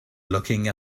looking